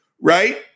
right